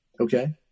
okay